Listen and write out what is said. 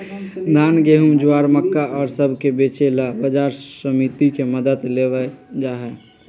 धान, गेहूं, ज्वार, मक्का और सब के बेचे ला बाजार समिति के मदद लेवल जाहई